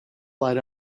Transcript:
lied